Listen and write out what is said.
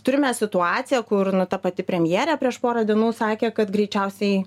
turime situaciją kur na ta pati premjerė prieš porą dienų sakė kad greičiausiai